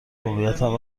هویتم